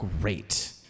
Great